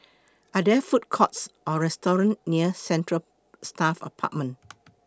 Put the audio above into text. Are There Food Courts Or restaurants near Central Staff Apartment